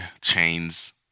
Chains